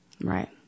Right